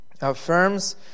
affirms